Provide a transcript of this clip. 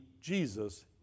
Jesus